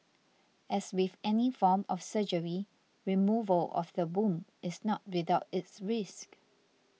as with any form of surgery removal of the womb is not without its risks